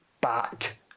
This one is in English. back